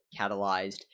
catalyzed